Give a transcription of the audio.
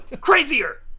Crazier